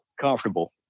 comfortable